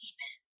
Amen